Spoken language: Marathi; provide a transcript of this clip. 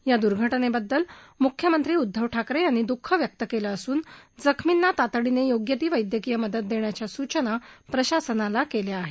या दुर्घटनेबद्दल मुख्यमंत्री उद्दव ठाकरे यांनी दुःख व्यक्त केलं असून जखमींना तातडीनं योग्य ती वैद्यकीय मदत देण्याच्या सूचना प्रशासनाला केल्या आहेत